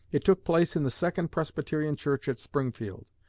it took place in the second presbyterian church at springfield,